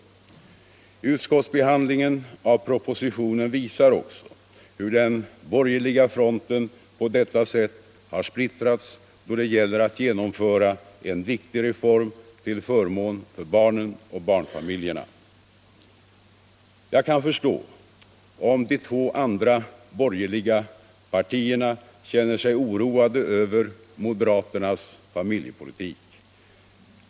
Utskottsbehandlingen av propositionen visar också hur den borgerliga fronten på detta sätt har splittrats då det gäller att genomföra en viktig reform till förmån för barnen och barnfamiljerna. Jag kan förstå om de två andra borgerliga partierna känner sig oroade över moderaternas familjepolitik.